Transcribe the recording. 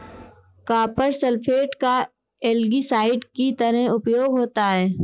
copper sulphate का algicide की तरह उपयोग होता है